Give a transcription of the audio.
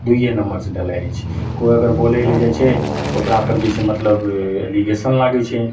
दुइए नम्बरसे ढलाइ होइ छै कोइ अगर बोलैलए जाइ छै तऽ ओकरापर जे छै मतलब एलिगेशन लागै छै